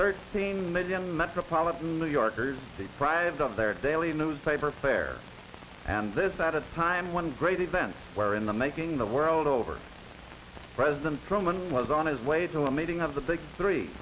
thirteen million metropolitan new yorkers to the pride of their daily newspaper fair and this at a time when great events were in the making the world over president truman was on his way to a meeting of the big three